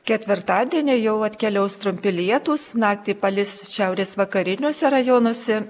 ketvirtadienį jau atkeliaus trumpi lietūs naktį palis šiaurės vakariniuose rajonuose